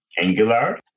Angular